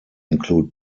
include